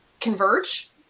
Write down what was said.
converge